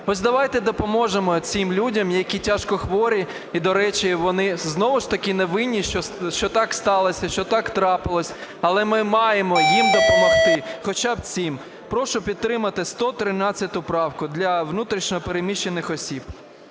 Ось давайте допоможемо цим людям, які тяжкохворі. І, до речі, вони знову ж таки не винні, що так сталося, що так трапилось, але ми маємо їм допомогти хоча б цим. Прошу підтримати 113 правку для внутрішньо переміщених осіб.